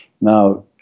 Now